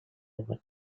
about